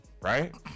right